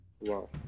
Wow